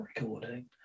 recording